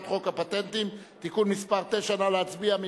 חוק הפטנטים (תיקון מס' 9). נא להצביע.